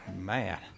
Man